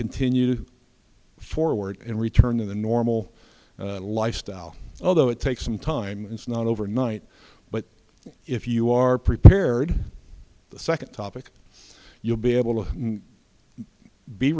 continue to forward in return in the normal lifestyle although it takes some time it's not overnight but if you are prepared the second topic you'll be able to be